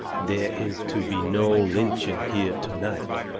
there is to be no lynching here to-night.